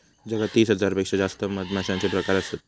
जगात वीस हजार पेक्षा जास्त मधमाश्यांचे प्रकार असत